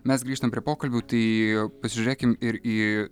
mes grįžtam prie pokalbių tai pasižiūrėkim ir į